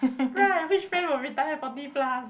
right which friend will retire forty plus